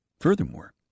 Furthermore